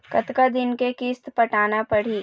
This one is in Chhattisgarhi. कतका दिन के किस्त पटाना पड़ही?